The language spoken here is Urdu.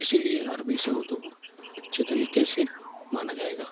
اسی لیے عربی سے اردو اچھی طریقے سے مانا جائے گا